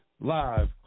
Live